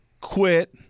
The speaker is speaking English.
quit